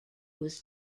was